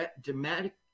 dramatic